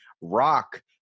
rock